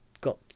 got